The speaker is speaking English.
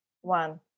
one